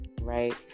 Right